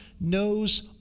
knows